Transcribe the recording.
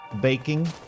Baking